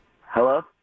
Hello